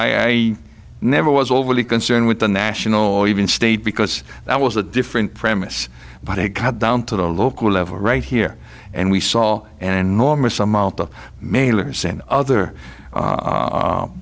i never was overly concerned with the national even state because that was a different premise but it got down to the local level right here and we saw an enormous amount of mail or send other